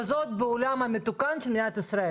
אנחנו נותנים להם עדיפות, גם לאלה שהגיעו מרוסיה.